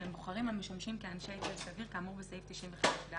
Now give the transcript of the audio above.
שהם בוחרים המשמשים כאנשי צוות אוויר כאמור בסעיף 95ד,